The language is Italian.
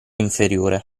inferiore